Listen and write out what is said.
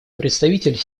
представитель